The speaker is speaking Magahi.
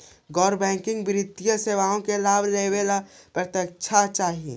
गैर बैंकिंग वित्तीय सेवाओं के लाभ लेवेला का पात्रता चाही?